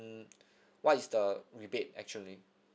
what is the rebate actually